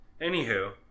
Anywho